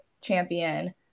champion